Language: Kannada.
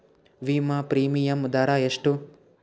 ವಿಮಾ ಪ್ರೀಮಿಯಮ್ ದರಾ ಎಷ್ಟು?